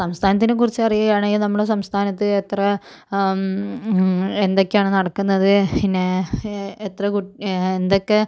സംസ്ഥാനത്തിനെ കുറിച്ചു അറിയുകയാണെങ്കിൽ നമ്മുടെ സംസ്ഥാനത്ത് എത്ര എന്തൊക്കെയാണ് നടക്കുന്നത് പിന്നെ എത്ര കുട്ടി എന്തൊക്കെ